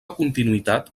continuïtat